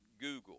Google